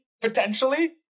potentially